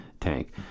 tank